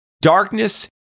Darkness